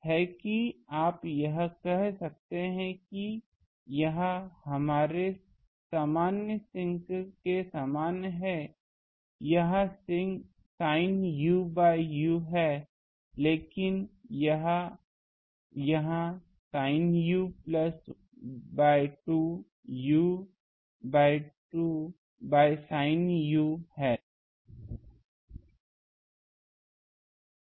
तो यह है कि आप यह कह सकते हैं कि यह हमारे सामान्य sinc के समान है यह sin u बाय u है लेकिन यहां यह sin u प्लस 1बाय 2 u बाय sin u है